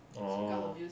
orh